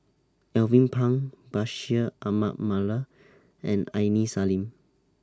Alvin Pang Bashir Ahmad Mallal and Aini Salim